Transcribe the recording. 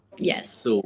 Yes